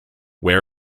where